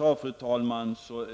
Detta förslag